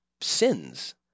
sins